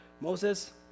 Moses